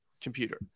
computer